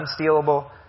Unstealable